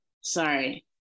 sorry